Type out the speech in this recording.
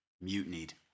mutinied